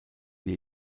wir